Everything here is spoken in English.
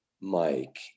Mike